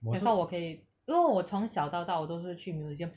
that's why 我可以因为我从小到大我都是去 museum